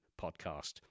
Podcast